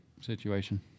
situation